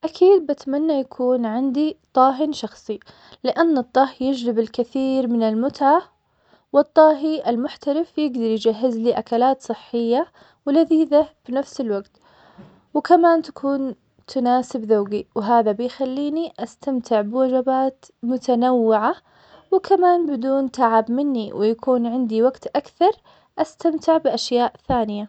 أكيد بتمنى يكون عندي طاه شخصي, لأن الطهي يجلب الكثير من المتعة, والطاهي المحترف يقدر يجهز لي أكلات صحية ولذيذة بنفس الوقت, وكمان تكون تناسب ذوقي, وهذا بيخليني أستمتع بوجبات متنوعة, وكمان بدون تعب مني, ويكون عندي وقت أكثر أستمتع بأشبياء ثانية.